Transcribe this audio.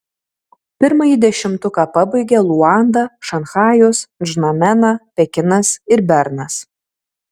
pirmąjį dešimtuką pabaigia luanda šanchajus ndžamena pekinas ir bernas